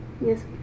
Yes